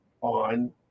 on